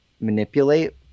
manipulate